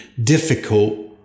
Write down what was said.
difficult